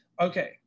Okay